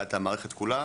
מבחינת המערכת כולה.